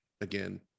again